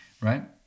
right